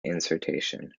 insertion